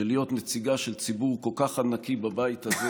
של להיות נציגה של ציבור כל כך ענקי בבית הזה,